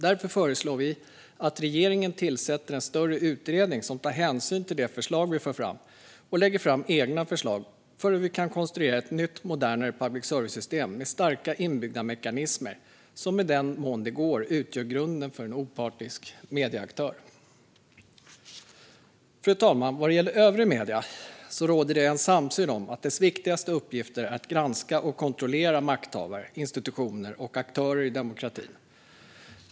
Därför föreslår vi att regeringen tillsätter en större utredning som tar hänsyn till de förslag vi för fram och som lägger fram egna förslag för hur vi kan konstruera ett nytt, modernare public service-system med starka inbyggda mekanismer som i den mån det går utgör grunden för en opartisk medieaktör. Fru talman! Vad gäller övriga medier råder det samsyn om att deras viktigaste uppgifter är att granska och kontrollera makthavare, institutioner och aktörer i demokratin.